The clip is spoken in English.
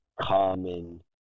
common